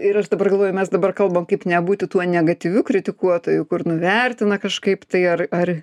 ir aš dabar galvoju mes dabar kalbam kaip nebūti tuo negatyviu kritikuotoju kur nuvertina kažkaip tai ar ar